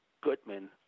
Goodman